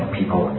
people